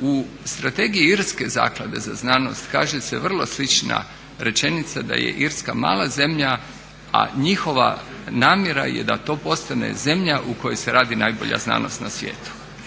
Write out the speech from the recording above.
U strategiji irske Zaklade za znanost kaže se vrlo slična rečenica da je irska mala zemlja, a njihova namjera je da to postane zemlja u kojoj se radi najbolja znanost na svijetu.